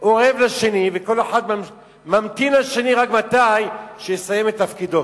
אורב לשני וכל אחד ממתין לשני שיסיים את תפקידו?